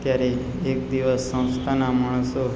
ત્યારે એક દિવસ સંસ્થાના માણસો